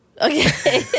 Okay